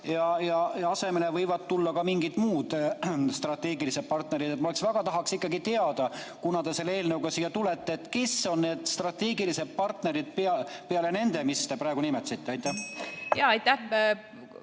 ja asemele võivad tulla ka mingid muud strateegilised partnerid. Ma väga tahaks ikkagi teada, kuna te selle eelnõuga siia tulite, kes on need strateegilised partnerid peale nende, mida te praegu nimetasite. Aitäh!